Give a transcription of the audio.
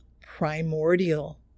primordial